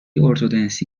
ارتدنسی